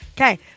Okay